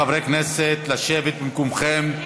חברי הכנסת, לשבת במקומכם.